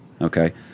okay